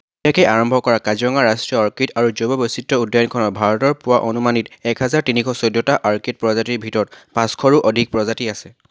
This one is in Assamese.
আৰম্ভ কৰা কাজিৰঙা ৰাষ্ট্ৰীয় অৰ্কিড আৰু জৈৱ বৈচিত্ৰ্য উদ্যানখনত ভাৰতত পোৱা আনুমানিক এক হাজাৰ তিনিশ চৈধ্যটা অৰ্কিড প্ৰজাতিৰ ভিতৰত পাঁচশৰো অধিক প্ৰজাতি আছে